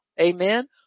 Amen